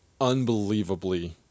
unbelievably